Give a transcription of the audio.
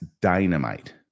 dynamite